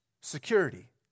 security